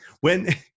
when-